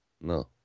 No